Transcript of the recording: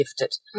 gifted